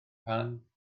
pan